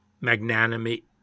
magnanimity